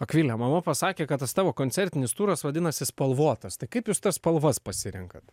akvilė mama pasakė kad tas tavo koncertinis turas vadinasi spalvotas tai kaip jūs tas spalvas pasirenkat